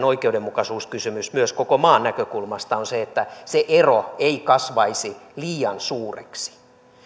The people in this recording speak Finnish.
oikeudenmukaisuuskysymys koko maan näkökulmasta on se että se ero ei kasvaisi liian suureksi